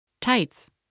Tights